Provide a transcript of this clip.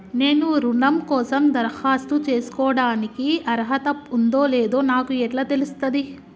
నేను రుణం కోసం దరఖాస్తు చేసుకోవడానికి అర్హత ఉందో లేదో నాకు ఎట్లా తెలుస్తది?